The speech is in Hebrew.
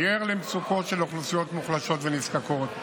אני ער למצוקות של אוכלוסיות מוחלשות ונזקקות,